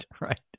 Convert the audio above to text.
right